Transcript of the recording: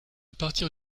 partir